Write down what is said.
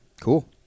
cool